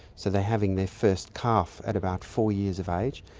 so they're having their first calf at about four years of age.